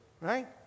Right